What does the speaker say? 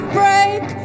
break